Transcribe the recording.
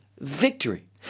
Victory